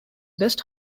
best